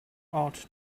art